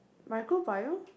microbio